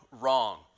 wrong